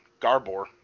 Garbor